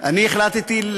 אני החלטתי,